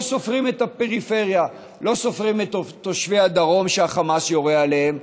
לא סופרים את הפריפריה: לא סופרים את תושבי הדרום שהחמאס יורה עליהם,